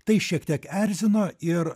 tai šiek tiek erzino ir